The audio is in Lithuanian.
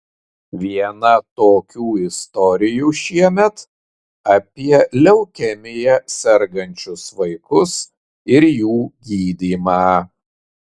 viena tokių istorijų šiemet apie leukemija sergančius vaikus ir jų gydymą